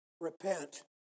Repent